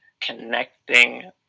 connecting